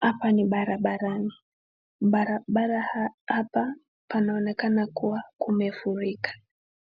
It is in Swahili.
Hapa ni barabarani, barabara hapa panaonekana kuwa pamefurika